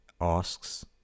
asks